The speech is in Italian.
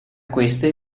queste